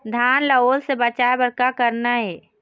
धान ला ओल से बचाए बर का करना ये?